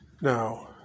Now